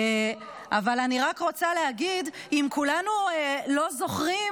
אבל אני רק רוצה להגיד: אם כולנו לא זוכרים,